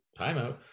timeout